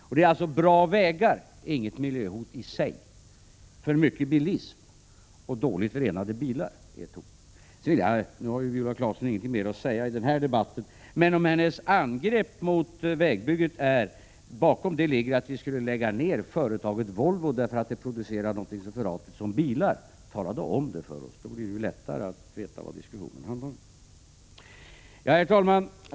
Bra vägar utgör i sig inget miljöhot. För mycket bilar och dåligt renade bilar utgör däremot ett hot. Nu har Viola Claesson inte någon ytterligare replik i denna debatt, men jag vill ändå säga följande. Om Viola Claesson menar, mot bakgrund av hennes angrepp mot vägbygget, att vi skulle lägga ned företaget Volvo, därför att det producerar något så förhatligt som bilar, så tycker jag att hon skall tala om det för oss. Då blir det lättare att förstå vad diskussionen handlar om. Herr talman!